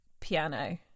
piano